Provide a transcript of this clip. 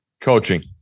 Coaching